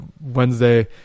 Wednesday